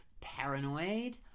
paranoid